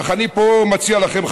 אך אני פה מציע לכם,